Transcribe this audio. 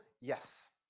Yes